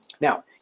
Now